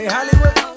Hollywood